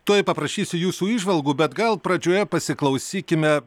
tuoj paprašysiu jūsų įžvalgų bet gal pradžioje pasiklausykime